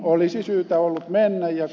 olisi syytä ollut mennä